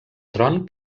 tron